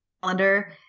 calendar